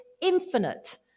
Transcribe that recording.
infinite